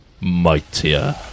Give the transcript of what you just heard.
mightier